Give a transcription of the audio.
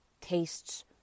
tastes